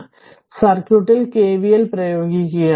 അതിനാൽ സർക്യൂട്ടിൽ കെവിഎൽ പ്രയോഗിക്കുക